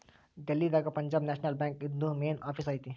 ಡೆಲ್ಲಿ ದಾಗ Punjab National Bank ಇಂದು main office ಐತಿ